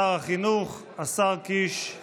שר החינוך, השר קיש.